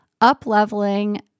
up-leveling